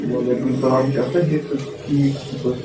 وَعلیکُم سَلام کیٛاہ سا ٹھیٖک پٲٹھۍ ٹھیٖک اَصٕل پٲٹھۍ